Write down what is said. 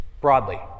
broadly